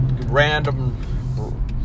random